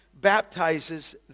baptizes